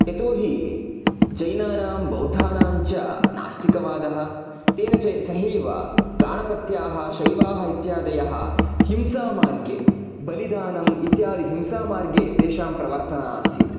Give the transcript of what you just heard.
यतोहि जैनानां बौद्धानाञ्च नास्तिकवादः तेन च सहैव गाणपत्याः शैवाः इत्यादयः हिंसामार्गे बलिदानम् इत्यादि हिंसामार्गे तेषां प्रवर्तना आसीत्